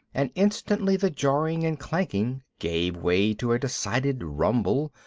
and instantly the jarring and clanking gave way to a decided rumble,